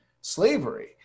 slavery